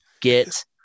get